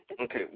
Okay